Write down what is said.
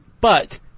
but-